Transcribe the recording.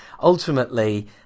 ultimately